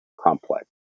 complex